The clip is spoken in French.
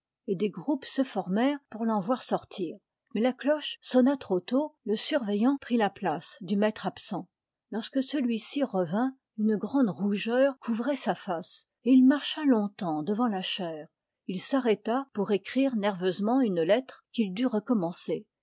des groupes se formèrent pour l'en voir sortir mais la cloche sonna trop tôt le surveillant prit la place du maître absent lorsque celui-ci revint une grande rougeur couvrait sa face et il marcha longtemps devant la chaire il s'arrêta pour écrire nerveusement une lettre qu'il dut recommencer